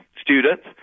students